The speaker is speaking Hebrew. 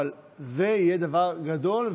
אבל זה יהיה דבר גדול.